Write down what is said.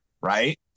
right